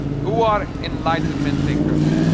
who are enlightenment thinkers.